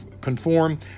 conform